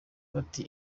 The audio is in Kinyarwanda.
bati